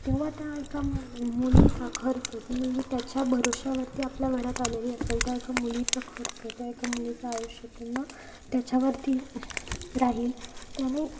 तेव्हा त्या एका मु मुलीचा खर्च ती मुलगी त्याच्या भरोश्यावरती आपल्या घरात आलेली असेल त्या एका मुलीचं खर्च त्या एका मुलीचं आयुष्य पूर्ण त्याच्यावरती राहील त्याने